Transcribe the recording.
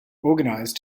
organized